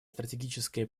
стратегическое